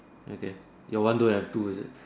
okay your one don't have two is it